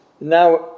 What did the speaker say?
Now